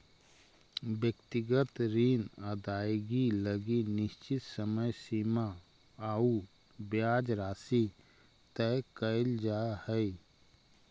व्यक्तिगत ऋण अदाएगी लगी निश्चित समय सीमा आउ ब्याज राशि तय कैल जा हइ